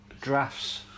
Drafts